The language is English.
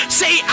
say